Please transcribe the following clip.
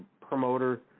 promoter